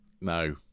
No